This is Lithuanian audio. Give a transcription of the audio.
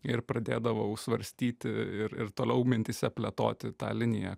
ir pradėdavau svarstyti ir ir toliau mintyse plėtoti tą liniją